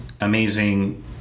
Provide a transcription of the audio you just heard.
amazing